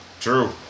True